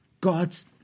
God's